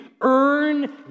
earn